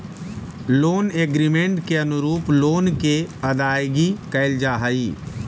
loan agreement के अनुरूप loan के अदायगी कैल जा हई